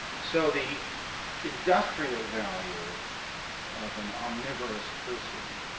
so the industrial value of an omnivorous person